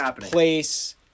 place